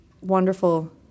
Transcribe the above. wonderful